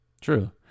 True